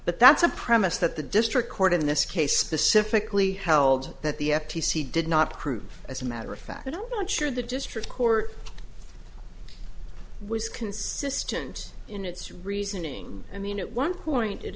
but that's a premise that the district court in this case specifically held that the f t c did not approve as a matter of fact i don't sure the district court was consistent in its reasoning i mean at one point it